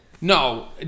No